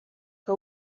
que